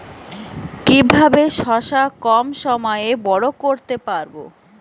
কিভাবে শশা কম সময়ে বড় করতে পারব?